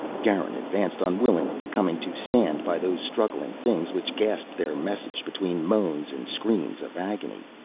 garin advanced unwillingly, coming to stand by those struggling things which gasped their message between moans and screams of agony.